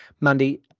mandy